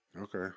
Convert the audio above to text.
Okay